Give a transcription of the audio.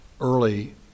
early